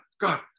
God